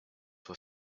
were